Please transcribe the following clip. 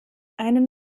einen